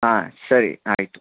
ಆಂ ಸರಿ ಆಯಿತು